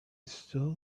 still